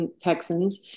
Texans